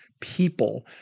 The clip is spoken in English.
people